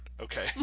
okay